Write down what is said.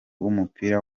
w’umupira